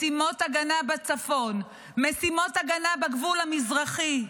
משימות הגנה בצפון, משימות הגנה בגבול המזרחי,